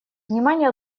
внимание